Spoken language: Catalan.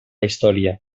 història